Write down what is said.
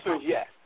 yes